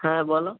হ্যাঁ বলো